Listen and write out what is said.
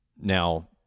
Now